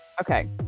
Okay